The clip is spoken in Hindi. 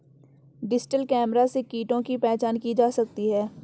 डिजिटल कैमरा से कीटों की पहचान की जा सकती है